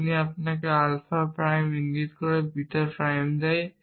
এটি আপনাকে alpha prime ইঙ্গিত করে বিটা প্রাইম দেয়